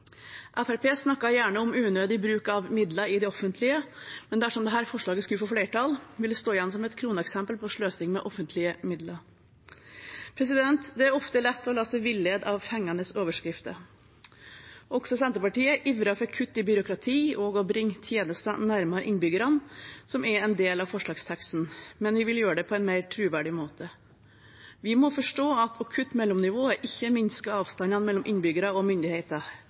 gjerne om unødig bruk av midler i det offentlige, men dersom dette forslaget skulle få flertall, vil det stå igjen som et kroneksempel på sløsing med offentlige midler. Det er ofte lett å la seg villede av fengende overskrifter. Også Senterpartiet ivrer for kutt i byråkrati og å bringe tjenestene nærmere innbyggerne, som er en del av forslagsteksten, men vi vil gjøre det på en mer troverdig måte. Vi må forstå at å kutte mellomnivået ikke minsker avstanden mellom innbyggere og myndigheter,